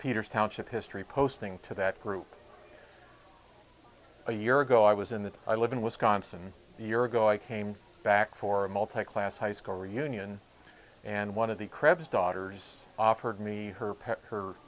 peters township history posting to that group a year ago i was in that i live in wisconsin a year ago i came back for a multiclass high school reunion and one of the crevasse daughters offered me her